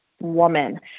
woman